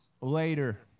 later